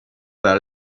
that